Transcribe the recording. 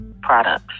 products